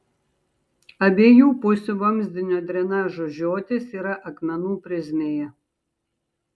abiejų pusių vamzdinio drenažo žiotys yra akmenų prizmėje